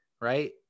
Right